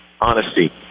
honesty